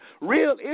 real